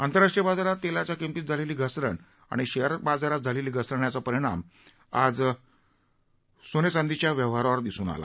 आंतरराष्ट्रीय बाजारात तेलाच्या किंमतीत झालेली घसरण आणि शेअर बाजारात झालेली घसरण याचा परिणाम सराफा बाजारावर दिसून आला